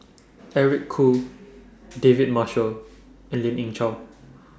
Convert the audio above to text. Eric Khoo David Marshall and Lien Ying Chow